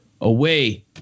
away